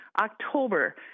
October